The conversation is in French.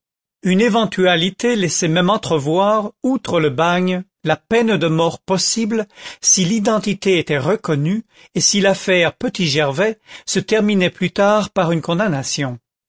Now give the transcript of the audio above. une éventualité laissait même entrevoir outre le bagne la peine de mort possible si l'identité était reconnue et si l'affaire petit gervais se terminait plus tard par une condamnation